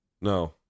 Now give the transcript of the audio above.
No